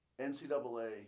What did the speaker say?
NCAA